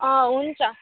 अँ हुन्छ